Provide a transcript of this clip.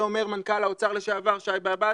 זה אומר מנכ"ל האוצר לשעבר, שי באב"ד,